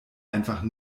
einfach